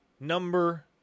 number